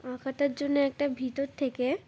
আঁকাটার জন্য একটা ভিতর থেকে